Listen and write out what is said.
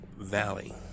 Valley